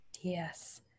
Yes